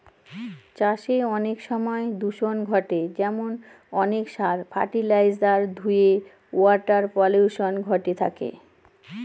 চাষে অনেক সময় দূষন ঘটে যেমন অনেক সার, ফার্টিলাইজার ধূয়ে ওয়াটার পলিউশন ঘটে থাকে